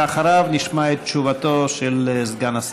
ואחריו נשמע את תשובתו של סגן השר.